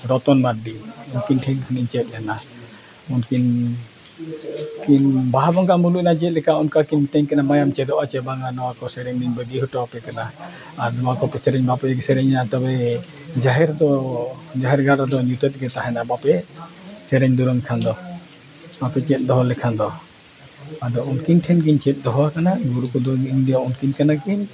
ᱨᱚᱛᱚᱱ ᱢᱟᱨᱰᱤ ᱱᱩᱠᱤᱱ ᱴᱷᱮᱱ ᱠᱷᱚᱱᱤᱧ ᱪᱮᱫ ᱞᱮᱱᱟ ᱩᱱᱠᱤᱱ ᱠᱤᱱ ᱵᱟᱦᱟ ᱵᱚᱸᱜᱟ ᱢᱩᱞᱩᱜ ᱮᱱᱟ ᱪᱮᱫ ᱞᱮᱠᱟ ᱚᱱᱠᱟ ᱠᱤᱱ ᱢᱤᱛᱟᱹᱧ ᱠᱟᱱᱟ ᱢᱟᱼᱭᱟᱢ ᱪᱮᱫᱚᱜᱼᱟ ᱥᱮ ᱵᱟᱝᱟ ᱱᱚᱣᱟ ᱠᱚ ᱥᱮᱨᱮᱧ ᱫᱚᱧ ᱵᱟᱹᱜᱤ ᱦᱚᱴᱚᱣᱟᱯᱮ ᱠᱟᱱᱟ ᱟᱨ ᱱᱚᱣᱟ ᱠᱚᱯᱮ ᱥᱮᱨᱮᱧ ᱵᱟᱯᱮ ᱥᱮᱨᱮᱧᱟ ᱛᱚᱵᱮ ᱡᱟᱦᱮᱨ ᱫᱚ ᱡᱟᱦᱮᱨ ᱜᱟᱲ ᱨᱮᱫᱚ ᱧᱩᱛᱟᱹᱛ ᱜᱮ ᱛᱟᱦᱮᱱᱟ ᱵᱟᱯᱮ ᱥᱮᱨᱮᱧ ᱫᱩᱨᱟᱹᱝ ᱠᱷᱟᱱ ᱫᱚ ᱵᱟᱯᱮ ᱪᱮᱫ ᱫᱚᱦᱚ ᱞᱮᱠᱷᱟᱱ ᱫᱚ ᱟᱫᱚ ᱩᱱᱠᱤᱱ ᱴᱷᱮᱱ ᱜᱤᱧ ᱪᱮᱫ ᱫᱚᱦᱚᱣ ᱠᱟᱱᱟ ᱜᱩᱨᱩ ᱠᱚᱫᱚ ᱤᱧᱨᱮᱱ ᱫᱚ ᱩᱱᱠᱤᱱ ᱠᱟᱱᱟ ᱠᱤᱱ